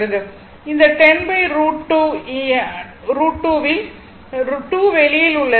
அதோடு இந்த 10 √ 2 யில் 2 வெளியில் உள்ளது